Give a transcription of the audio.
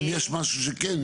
אם יש משהו שכן,